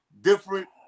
different